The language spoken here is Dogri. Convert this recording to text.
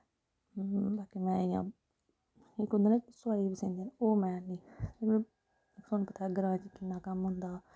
बाकी में इ'यां कोई इक होंदा ना सेआई पर सींदे न ओह् में नेईं तोआनूं पता ऐ ग्रांऽ च किन्ना कम्म होंदा